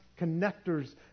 connectors